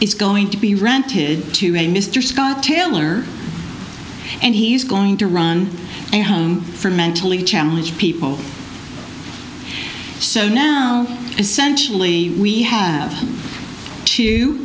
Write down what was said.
is going to be rented to a mr scott taylor and he's going to run a home for mentally challenged people so now essentially we have to